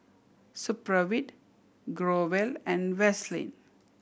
Supravit Growell and Vaselin